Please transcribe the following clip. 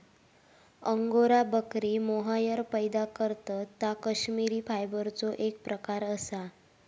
angora बकरी mohair पैदा करतत ता कश्मिरी फायबरचो एक प्रकार असा